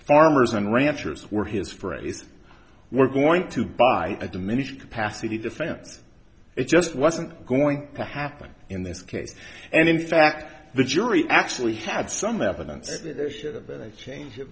farmers and ranchers where his phrase we're going to buy a diminished capacity defense it just wasn't going to happen in this case and in fact the jury actually had some evidence that there should have been a change of